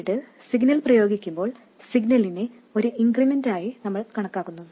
പിന്നീട് സിഗ്നൽ പ്രയോഗിക്കുമ്പോൾ സിഗ്നലിനെ ഒരു ഇൻക്രിമെന്റായി നമ്മൾ കണക്കാക്കുന്നു